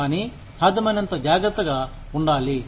కానీ సాధ్యమైనంత జాగ్రత్తగా ఉండాలి